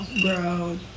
Bro